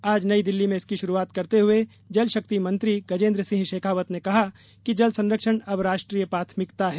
आज नई दिल्ली में इसकी शुरूआत करते हुए जल शक्ति मंत्री गजेंद्र सिंह शेखावत ने कहा कि जल संरक्षण अब राष्ट्रीय प्राथमिकता है